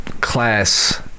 class